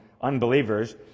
unbelievers